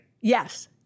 Yes